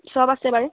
চব আছে বাৰু